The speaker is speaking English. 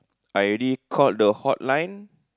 I already called the hotline